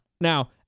Now